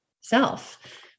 self